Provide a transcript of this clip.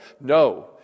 No